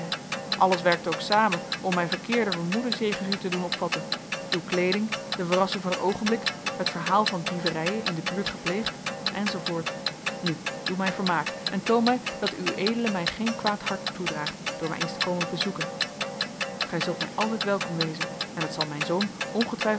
alles werkte ook samen om mij verkeerde vermoedens jegens u te doen opvatten uw kleeding de verrassing van het oogenblik het verhaal van dieverijen in de buurt gepleegd en zoo voort nu doe mij vermaak en toon mij dat ued mij geen kwaad hart toedraagt door mij eens te komen bezoeken gij zult mij altijd welkom wezen en het zal mijn zoon ongetwijfeld